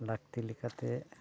ᱞᱟᱹᱠᱛᱤ ᱞᱮᱠᱟᱛᱮ